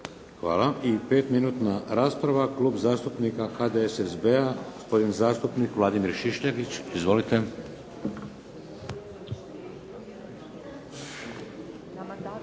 Hvala. I pet minutna rasprava, Klub zastupnika HDSSB-a, gospodin zastupnik Vladimir Šišljagić. Izvolite.